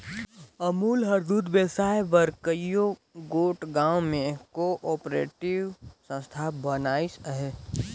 अमूल हर दूद बेसाए बर कइयो गोट गाँव में को आपरेटिव संस्था बनाइस अहे